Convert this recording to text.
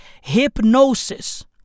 Hypnosis